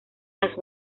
las